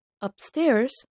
upstairs